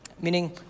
Meaning